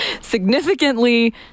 significantly